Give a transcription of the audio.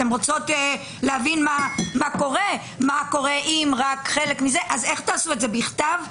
אתן רוצות להבין מה קורה תעשו את זה בכתב?